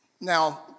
Now